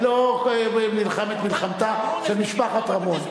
אני לא נלחם את מלחמתה של משפחת רמון.